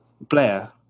Blair